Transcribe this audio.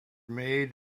made